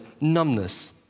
numbness